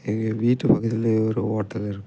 எங்கள் வீட்டு பக்கத்திலயே ஒரு ஹோட்டல் இருக்குது